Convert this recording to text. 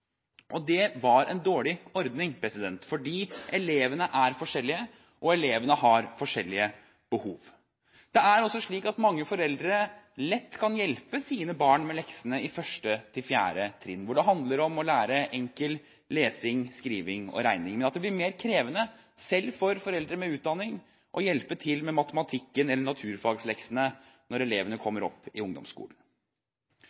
trinn. Det var en dårlig ordning, for elevene er forskjellige, og elevene har forskjellige behov. Det er slik at mange foreldre lett kan hjelpe sine barn med leksene i 1.–4. trinn, hvor det handler om å lære enkel lesing, skriving og regning, men at det blir mer krevende – selv for foreldre med utdanning – å hjelpe til med matematikken eller naturfagleksene når elevene